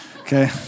Okay